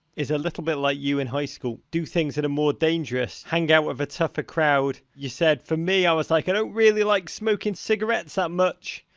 is a little bit like you in high school. do things that are more dangerous, hang out with a tougher crowd. you said, for me, i was like, i don't really like smoking cigarettes that much,